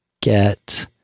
get